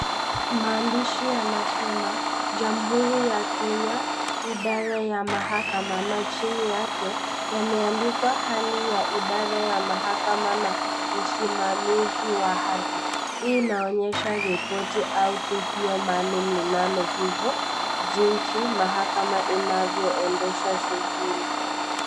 Maandishi yanasema jamhuri ya Kenya, idara ya mahakama na chini yake imeandikwa mahakama na usimamizi wa haki kuonyesha repoti au tukio Fulani linaloguza juzi chini ya linaloendesha shughuli